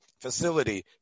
facility